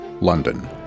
London